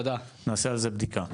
נעשה על זה בדיקה.